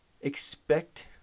Expect